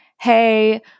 hey